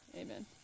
Amen